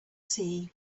sea